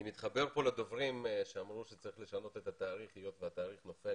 אני מתחבר פה לדוברים שאמרו שצריך לשנות את התאריך היות והתאריך נופל